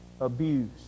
abuse